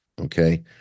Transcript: Okay